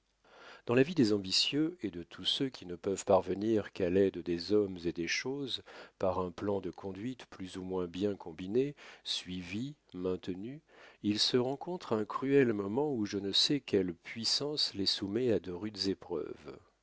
dans la vie des ambitieux et de tous ceux qui ne peuvent parvenir qu'à l'aide des hommes et des choses par un plan de conduite plus ou moins bien combiné suivi maintenu il se rencontre un cruel moment où je ne sais quelle puissance les soumet à de rudes épreuves